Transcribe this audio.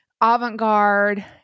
avant-garde